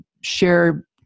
share